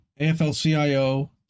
AFL-CIO